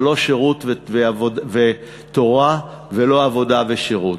ולא שירות ותורה ולא עבודה ושירות,